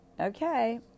Okay